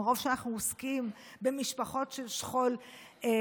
מרוב שאנחנו עוסקים במשפחות של שכול מפיגועים,